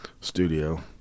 studio